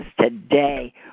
today